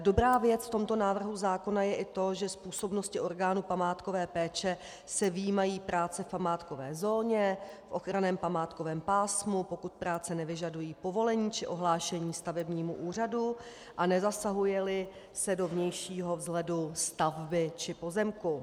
Dobrá věc v tomto návrhu zákona je i to, že z působnosti orgánů památkové péče se vyjímají práce v památkové zóně, v ochranném památkovém pásmu, pokud práce nevyžadují povolení či ohlášení stavebnímu úřadu a nezasahujeli se do vnějšího vzhledu stavby či pozemku.